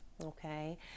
Okay